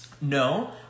no